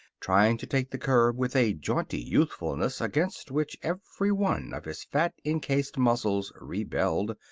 trying to take the curb with a jaunty youthfulness against which every one of his fat-encased muscles rebelled,